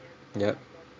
yup